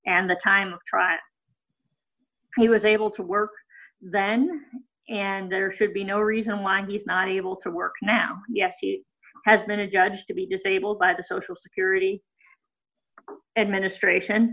and the time of trial he was able to work then and there should be no reason why he's not able to work now yes he has been adjudged to be disabled by the social security administration